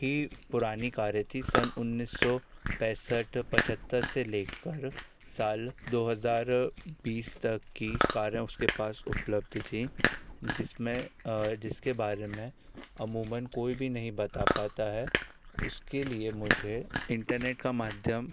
ही पुरानी कारें थी सन उन्नीस सौ पैसठ पचहत्तर से लेकर साल दो हजार बीस तक की कारें उसके पास उपलब्ध थी जिसमें जिसके बारे मे अमूमन कोई भी नहीं बता पता है उसके लिए मुझे इंटरनेट का माध्यम